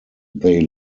they